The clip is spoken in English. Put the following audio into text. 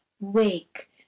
wake